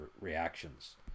reactions